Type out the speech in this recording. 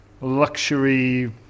luxury